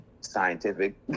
scientific